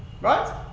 Right